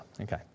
Okay